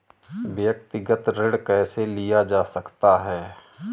व्यक्तिगत ऋण कैसे लिया जा सकता है?